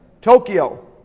Tokyo